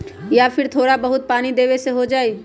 या फिर थोड़ा बहुत पानी देबे से हो जाइ?